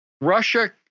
Russia